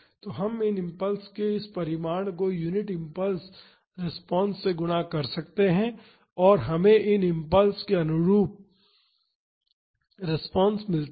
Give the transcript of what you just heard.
तो हम इस इम्पल्स के इस परिमाण को यूनिट इम्पल्स रिस्पांस से गुणा कर सकते हैं और हमें इन इम्पल्स के अनुरूप रिस्पांस मिलती है